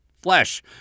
flesh